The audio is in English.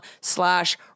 slash